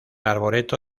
arboreto